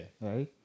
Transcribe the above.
Right